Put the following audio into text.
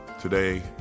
Today